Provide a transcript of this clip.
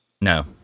No